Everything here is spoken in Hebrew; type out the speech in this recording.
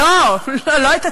לא, לא את הטרור,